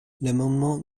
l’amendement